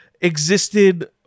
existed